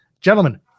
gentlemen